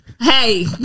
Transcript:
Hey